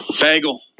Bagel